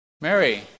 Mary